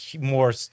more